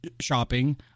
shopping